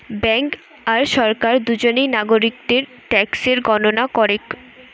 bank আর সরকার দুজনেই নাগরিকদের ট্যাক্সের গণনা করেক